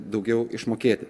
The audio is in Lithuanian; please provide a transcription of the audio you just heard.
daugiau išmokėti